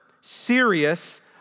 serious